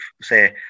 say